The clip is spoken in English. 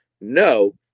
No